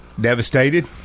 devastated